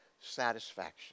satisfaction